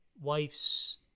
wife's